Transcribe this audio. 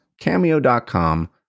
cameo.com